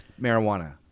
Marijuana